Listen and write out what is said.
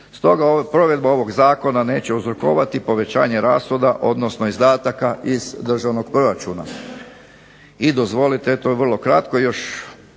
Stoga provedba ovog zakona neće uzrokovati povećanje rashoda, odnosno izdataka iz državnog proračuna. I dozvolite, eto vrlo kratko još